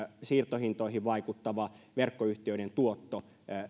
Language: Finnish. siirtohintoihin vaikuttava verkkoyhtiöiden tuotto